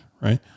right